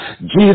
Jesus